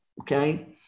okay